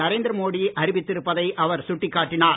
நரேந்திர மோடி அறிவித்திருப்பதை அவர் சுட்டிக்காட்டினார்